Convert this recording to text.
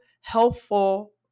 helpful